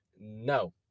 no